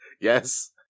Yes